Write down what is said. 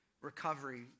recovery